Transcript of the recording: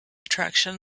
attraction